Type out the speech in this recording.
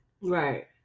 right